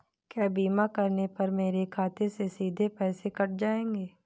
क्या बीमा करने पर मेरे खाते से सीधे पैसे कट जाएंगे?